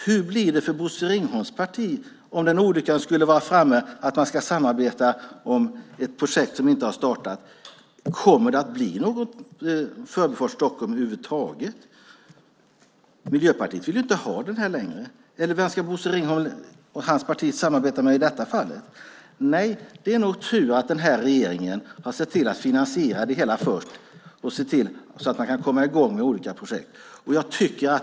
Hur blir det för Bosse Ringholms parti om olyckan skulle vara framme och man ska samarbeta om ett projekt som inte har startat? Kommer det att bli någon Förbifart Stockholm över huvud taget? Miljöpartiet vill inte ha det längre. Vem ska Bosse Ringholm och hans parti samarbeta med i detta fall? Nej, det är tur att regeringen har sett till att finansiera det hela först och sett till att man kan komma i gång med olika projekt.